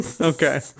Okay